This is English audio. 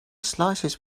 slices